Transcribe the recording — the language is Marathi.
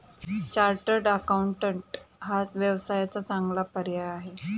चार्टर्ड अकाउंटंट हा व्यवसायाचा चांगला पर्याय आहे